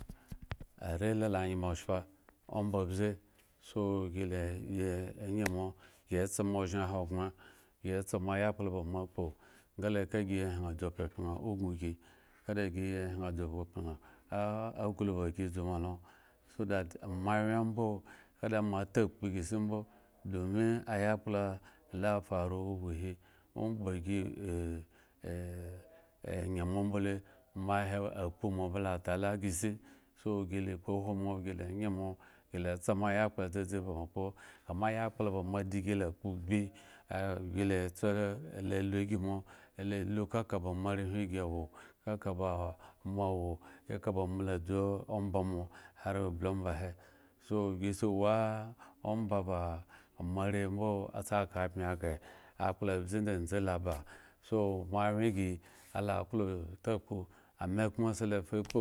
Arela la nyemo oshpa ombabze, so gi la giegi enyemo gietsa mo ozhen ahogbren, gi etsamo ayakpla ba, moakpo nga le ka gi hyen dzu pyapyan ubin gi nga da gi hyeŋ dzu pyapyan aklo ba gi dzuma lo so that moawyen ambo ka da moatakpu a ghre isi mbo domi ayakpla la famu huhuhi omb ba enye mo mbo le moahe akpu mo ba la ta lo aghren isi, so gila kpohwo mo gila enye mo, gi la tsa mo yakpla dzadzi ba raŋ kpo ka ma yakpla ba moadigi la kpo ugbi ah gi la tso lo la lu ygi moa gi lalu keka ba moarehwin gi awo, keka ba mo awo, keka ba mo awo, keka bamo la dzu omba mo hare bli omba he so gi se wo omba ba moare mbo sa kabmye aghre akpla abze ndzendze ala ba, so moawyen gi ala klo otakpu ame koma salafa kpo.